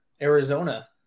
Arizona